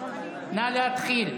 נא להתחיל.